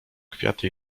kwiaty